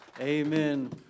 Amen